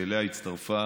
שאליה הצטרפה